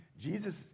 Jesus